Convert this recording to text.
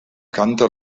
canta